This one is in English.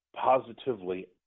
positively